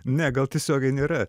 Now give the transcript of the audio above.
ne gal tiesiogiai nėra